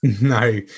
No